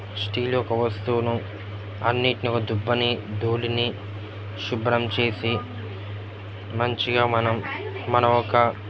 steel ఒక వస్తువును అన్నిటిని ఒక దుమ్ముని ధూళిని శుభ్రం చేసి మంచిగా మనం మనం ఒక